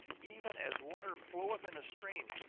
even as water floweth in a stream,